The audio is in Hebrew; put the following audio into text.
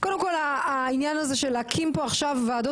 קודם כל העניין הזה של להקים פה עכשיו ועדות